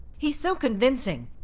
he's so convincing,